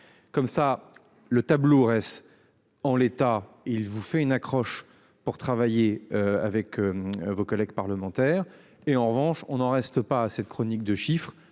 comme ça le tableau reste. En l'état, il vous fait une accroche pour travailler avec. Vos collègues parlementaires et en revanche on n'en reste pas à cette chronique de chiffres